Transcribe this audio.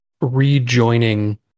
rejoining